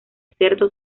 cerdo